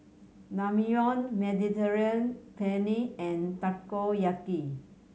Naengmyeon Mediterranean Penne and Takoyaki